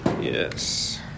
Yes